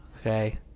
okay